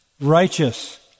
righteous